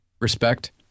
Respect